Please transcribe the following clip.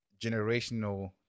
generational